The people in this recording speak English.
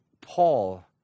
Paul